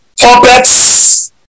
puppets